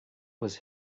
was